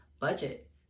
Budget